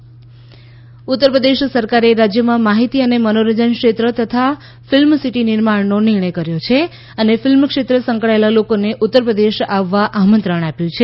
યોગી આદિત્યનાથ ઉત્તરપ્રદેશ સરકારે રાજયમાં માહિતી અને મનોરંજન ક્ષેત્ર તથા ફિલ્મ સીટી નિર્માણનો નિર્ણય કર્યો છે અને ફિલ્મ ક્ષેત્રે સંકળાયેલા લોકોને ઉત્તરપ્રદેશ આવવા આમંત્રણ આપ્યું છે